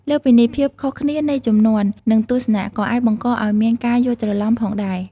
លើសពីនេះ ភាពខុសគ្នានៃជំនាន់ និងទស្សនៈ ក៏អាចបង្កឱ្យមានការយល់ច្រឡំផងដែរ។